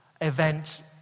event